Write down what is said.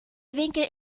winkel